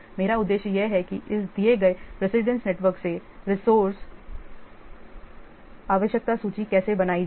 मेरा उद्देश्य यह है कि इस दिए गए प्रेसिडेंस नेटवर्क से रिसोर्से आवश्यकता सूची कैसे बनाई जाए